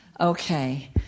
Okay